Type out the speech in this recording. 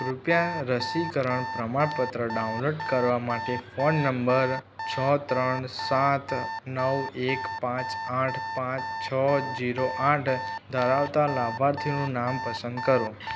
કૃપયા રસીકરણ પ્રમાણપત્ર ડાઉનલોડ કરવા માટે ફોન નંબર છ ત્રણ સાત નવ એક પાંચ આઠ પાંચ છ જીરો આઠ ધરાવતાં લાભાર્થીનું નામ પસંદ કરો